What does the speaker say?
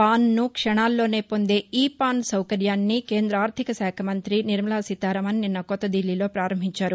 పాన్ను క్షణాల్లోనే పొందే ఈ పాన్ సౌకర్యాన్నికేంద్ర ఆర్థికశాఖ మంతి నిర్మలా సీతారామన్ నిన్న కొత్త దిల్లీలో పారంభించారు